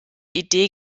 idee